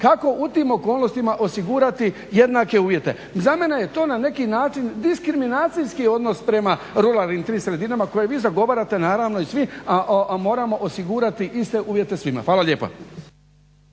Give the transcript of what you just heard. Kako u tim okolnostima osigurati jednake uvjete? Za mene je to na neki način diskriminacijski odnos prema ruralnim sredinama koje vi zagovarate naravno i svi, a moramo osigurati iste uvjete svima. Hvala lijepa.